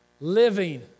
Living